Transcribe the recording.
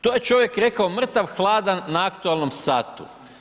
To je čovjek rekao mrtav-hladan na aktualnom satu.